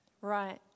Right